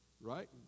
right